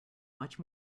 much